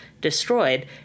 destroyed